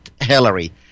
Hillary